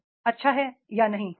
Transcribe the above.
यह अच्छा है या नहीं